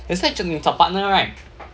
that's why 你找 partner right